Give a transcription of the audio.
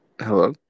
Hello